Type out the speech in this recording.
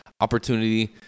opportunity